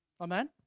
Amen